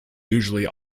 usually